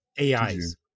AIs